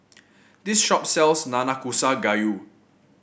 this shop sells Nanakusa Gayu